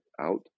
out